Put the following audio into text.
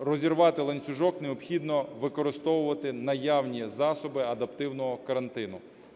розірвати ланцюжок, необхідно використовувати наявні засоби адаптивного карантину.